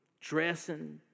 dressing